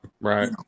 right